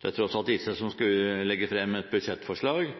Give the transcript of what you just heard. Det er tross alt disse som skal legge frem et budsjettforslag